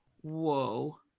whoa